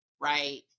right